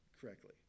correctly